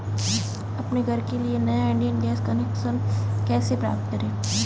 अपने घर के लिए नया इंडियन गैस कनेक्शन कैसे प्राप्त करें?